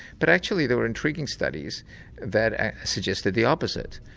but actually, there were intriguing studies that suggested the opposite.